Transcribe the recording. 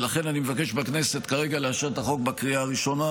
ולכן אני מבקש מהכנסת כרגע לאשר את החוק בקריאה הראשונה,